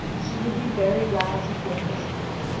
she would be very glad to hear her speak,